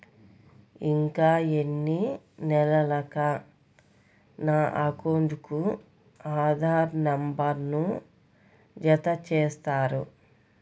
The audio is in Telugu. ఇంకా ఎన్ని నెలలక నా అకౌంట్కు ఆధార్ నంబర్ను జత చేస్తారు?